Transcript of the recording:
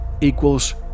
equals